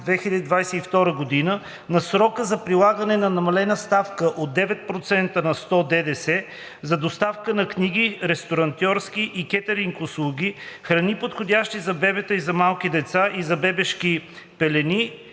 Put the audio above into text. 2022 г. на срока за прилагане на намалена ставка от 9 на сто ДДС за доставка на книги, ресторантьорски и кетъринг услуги, храни, подходящи за бебета и за малки деца, и за бебешки пелени